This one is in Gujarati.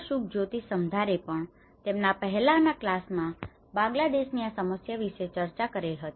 શુભજ્યોતિ સમદ્દાર એ પણ તેમના પહેલાના ક્લાસ માં બાંગ્લાદેશ ની આ સમસ્યા વિશે ચર્ચા કરી હતી